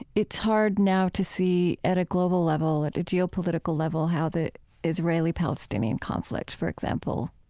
it's hard now to see at a global level, at a geopolitical level, how the israeli-palestinian conflict, for example,